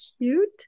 cute